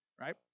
right